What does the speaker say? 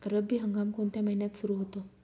रब्बी हंगाम कोणत्या महिन्यात सुरु होतो?